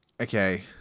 Okay